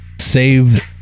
save